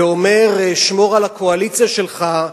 ואומר: שמור על הקואליציה שלך,